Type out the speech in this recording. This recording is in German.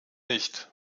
nicht